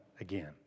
again